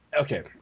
Okay